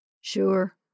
Sure